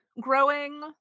growing